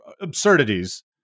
absurdities